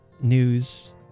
news